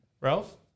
Ralph